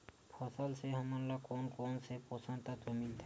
फसल से हमन ला कोन कोन से पोषक तत्व मिलथे?